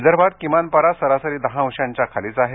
विदर्भांत किमान पारा सरासरी दहा अंशांच्या खालीच आहे